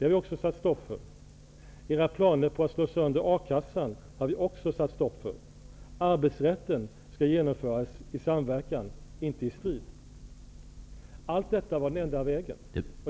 har vi också satt stopp för. Även era planer på att slå sönder A-kassan har vi satt stopp för. Arbetsrätten skall genomföras i samverkan -- inte i strid. Allt detta var den enda vägen.